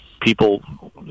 People